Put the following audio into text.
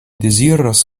deziras